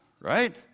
Right